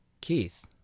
Keith